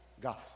God